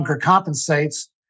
compensates